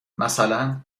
مثلا